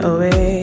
Away